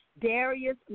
darius